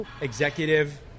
executive